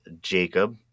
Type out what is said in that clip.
Jacob